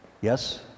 Yes